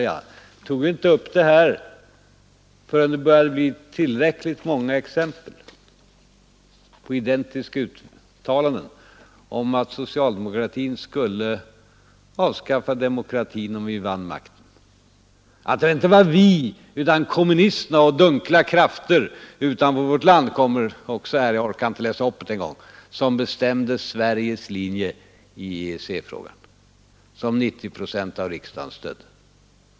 Jag tog inte upp denna sak förrän det började bli tillräckligt många identiska uttalanden om att socialdemokratin skulle avskaffa demokratin om vi vann makten, om att det inte var vi utan kommunisterna — och dunkla krafter utanför vårt land; det kommer också här, men jag orkar inte läsa upp det en gång — som bestämde Sveriges linje i EEC-frågan, en linje som dock 90 procent av riksdagen stödde!